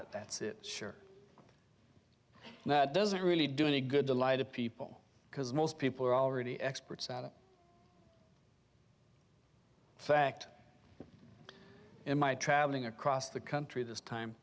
it that's it sure and that doesn't really do any good to lie to people because most people are already experts fact in my traveling across the country this time